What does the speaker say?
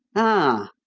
ah,